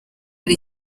ari